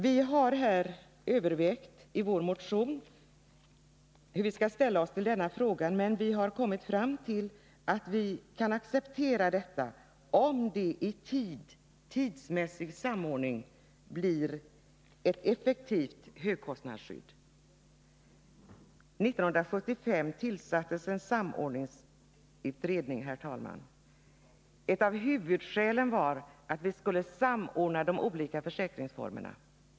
Vi har i vår motion övervägt hur vi skall ställa oss till denna fråga, och vi har kommit fram till att vi kan acceptera detta, om det med en tidsmässig samordning blir ett effektivt högkostnadsskydd. Herr talman! 1975 tillsattes socialpolitiska samordningsutredningen. I direktiven ingick att vi skulle samordna de olika försäkringsformerna.